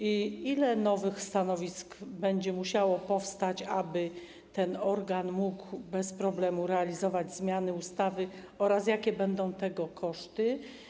Ile nowych stanowisk będzie musiało powstać, aby ten organ mógł bez problemu realizować zmiany ustawy, oraz jakie będą tego koszty?